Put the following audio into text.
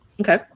Okay